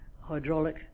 hydraulic